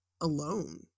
alone